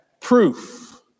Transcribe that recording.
proof